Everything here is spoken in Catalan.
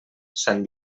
sant